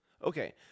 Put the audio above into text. Okay